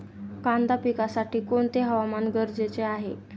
कांदा पिकासाठी कोणते हवामान गरजेचे आहे?